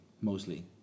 mostly